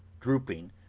drooping,